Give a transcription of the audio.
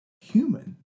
human